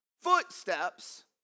footsteps